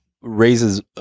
raises